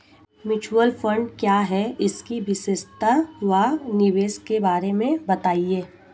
Mutual fund क्या है इसकी विशेषता व निवेश के बारे में बताइये?